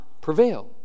prevail